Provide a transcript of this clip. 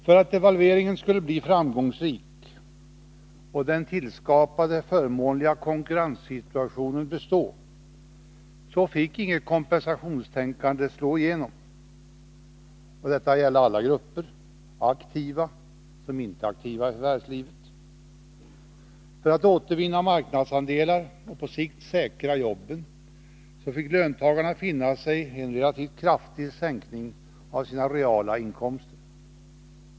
För att devalveringen skulle bli framgångsrik och för att den tillskapade förmånliga konkurrenssituationen skulle bestå, fick inget kompensationstänkande slå igenom. Detta gäller alla grupper — såväl aktiva som inte aktiva i förvärvslivet. För att marknadsandelar skulle kunna återvinnas och jobben på sikt säkras, fick löntagarna finna sig i en relativt kraftig sänkning av sina reala inkomster.